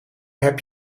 heb